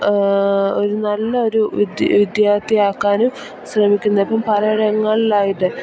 ഒരു നല്ലയൊരു വിദ്യാർത്ഥിയാക്കാനും ശ്രമിക്കുന്നതിനൊപ്പം പലയിടങ്ങളിലായിട്ട്